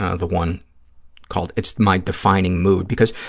ah the one called it's my defining mood, because,